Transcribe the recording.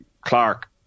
Clark